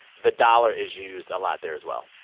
the dollar is used a lot there, as well?